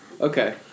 Okay